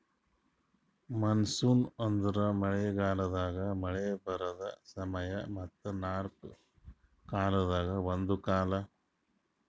monsoon ಅಂದುರ್ ಮಳೆ ಗಾಲದಾಗ್ ಮಳೆ ಬರದ್ ಸಮಯ ಮತ್ತ ನಾಲ್ಕು ಕಾಲದಾಗ ಒಂದು ಕಾಲ